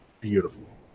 beautiful